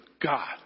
God